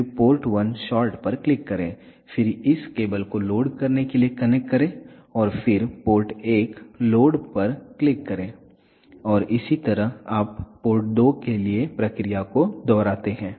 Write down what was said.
फिर से port 1 short पर क्लिक करें फिर इस केबल को लोड करने के लिए कनेक्ट करें और फिर पोर्ट 1 लोड पर क्लिक करें और इसी तरह आप पोर्ट 2 के लिए प्रक्रिया को दोहराते हैं